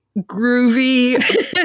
groovy